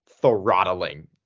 throttling